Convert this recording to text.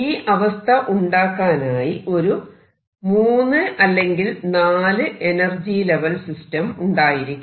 ഈ അവസ്ഥ ഉണ്ടാക്കാനായി ഒരു 3 അല്ലെങ്കിൽ 4 എനർജി ലെവൽ സിസ്റ്റം ഉണ്ടായിരിക്കണം